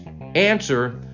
answer